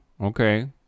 okay